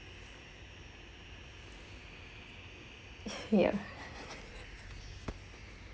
ya